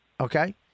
Okay